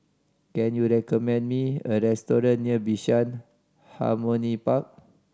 can you recommend me a restaurant near Bishan Harmony Park